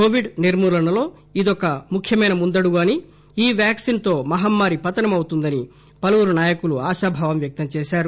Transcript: Covid నిర్మూలనలో ఇదొక ముఖ్యమైన ముందడుగు అని ఈ వ్యాక్సిన్ తో మహమ్మారి పతనమవుతుందని పలువురు నాయకులు ఆశాభావం వ్యక్తం చేశారు